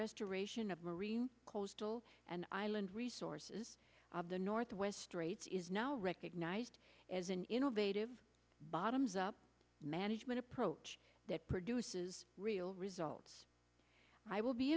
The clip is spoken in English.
restoration of marine coastal and island resources of the northwest straits is now recognized as an innovative bottoms up management approach that produces real results i will be